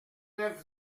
neuf